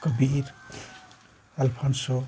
Bir Alfonso